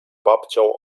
babcią